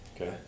Okay